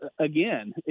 again